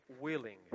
willing